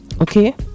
Okay